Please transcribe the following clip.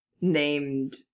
named